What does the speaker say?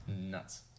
nuts